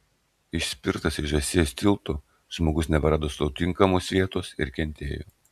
išspirtas iš žąsies tilto žmogus neberado sau tinkamos vietos ir kentėjo